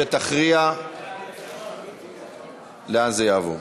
שתכריע לאן זה יעבור.